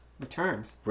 Returns